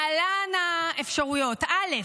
להלן האפשרויות: א.